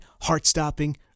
heart-stopping